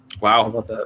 Wow